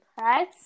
right